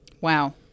Wow